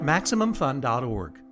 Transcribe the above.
MaximumFun.org